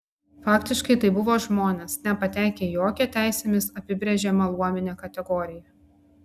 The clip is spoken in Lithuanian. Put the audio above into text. faktiškai tai buvo žmonės nepatekę į jokią teisėmis apibrėžiamą luominę kategoriją